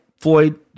Floyd